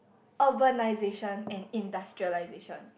urbanisation and industrialisation